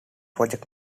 project